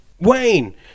Wayne